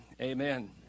amen